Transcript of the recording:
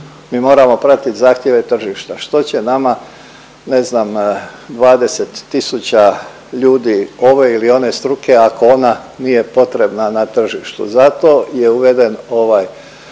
mi moramo pratit zahtjeve tržišta. Što će nama ne znam 20 tisuća ljudi ove ili one struke ako ona nije potrebna na tržištu? Zato je uveden ovaj